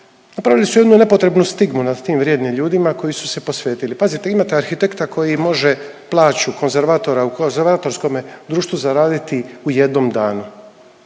napravili su jednu nepotrebnu stigmu nad tim vrijedim ljudima koji su se posvetili. Pazite imate arhitekta koji može plaću konzervatora u konzervatorskome društvu zaraditi u jednom danu,